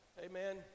amen